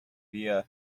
via